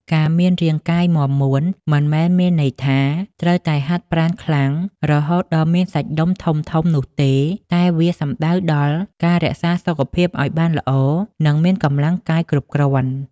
ការមានរាងកាយមាំមួនមិនមែនមានន័យថាត្រូវតែហាត់ប្រាណខ្លាំងរហូតដល់មានសាច់ដុំធំៗនោះទេ តែវាសំដៅដល់ការរក្សាសុខភាពឲ្យបានល្អ និងមានកម្លាំងកាយគ្រប់គ្រាន់។